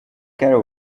care